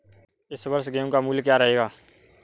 इस वर्ष गेहूँ का मूल्य क्या रहेगा?